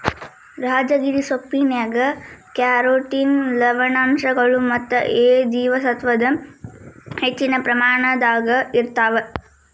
ರಾಜಗಿರಿ ಸೊಪ್ಪಿನ್ಯಾಗ ಕ್ಯಾರೋಟಿನ್ ಲವಣಾಂಶಗಳು ಮತ್ತ ಎ ಜೇವಸತ್ವದ ಹೆಚ್ಚಿನ ಪ್ರಮಾಣದಾಗ ಇರ್ತಾವ